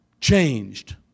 changed